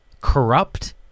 corrupt